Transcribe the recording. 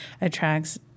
attracts